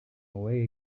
away